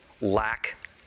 lack